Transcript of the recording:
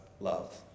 love